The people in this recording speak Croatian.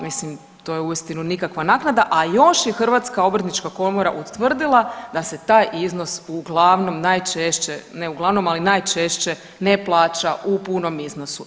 Mislim to je uistinu nikakva naknada, a još je Hrvatska obrtnička komora utvrdila da se taj iznos uglavnom najčešće, ne uglavnom ali najčešće ne plaća u punom iznosu.